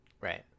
right